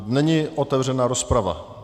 Není otevřena rozprava.